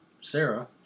Sarah